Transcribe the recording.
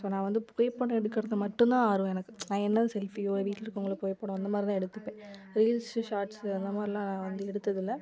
so நான் வந்து புகைப்படம் எடுக்கிறது மட்டும்தான் ஆர்வம் எனக்கு நான் என்னதான் செல்ஃபியோ வீட்டில் இருக்கிறவங்கள புகைப்படம் அந்த மாதிரி தான் எடுத்துப்பேன் ரீல்ஸு ஷார்ட்ஸு அந்தமாதிரிலாம் நான் வந்து எடுத்ததில்லை